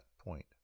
point